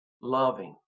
loving